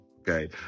okay